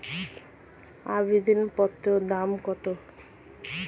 আবেদন পত্রের দাম কত?